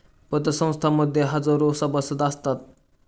पतसंस्थां मध्ये हजारो सभासद असतात